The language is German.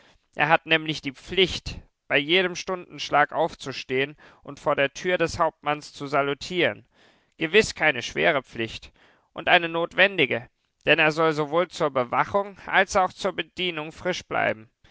er hat nämlich die pflicht bei jedem stundenschlag aufzustehen und vor der tür des hauptmanns zu salutieren gewiß keine schwere pflicht und eine notwendige denn er soll sowohl zur bewachung als auch zur bedienung frisch bleiben